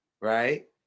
right